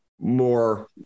more